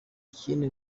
ikindi